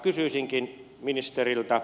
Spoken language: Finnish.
kysyisinkin ministeriltä